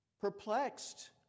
perplexed